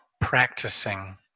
practicing